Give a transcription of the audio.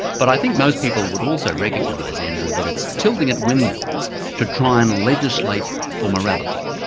but i think most people would also recognise, andrew, that it's tilting at windmills to try and legislate for morality.